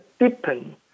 deepen